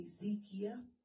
Ezekiel